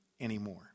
anymore